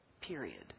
period